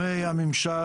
לגורמי הממשל,